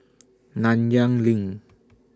Nanyang LINK